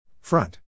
Front